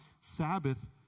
Sabbath